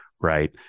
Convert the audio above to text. right